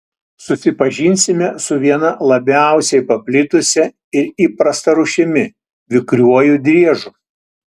susipažinsime su viena labiausiai paplitusia ir įprasta rūšimi vikriuoju driežu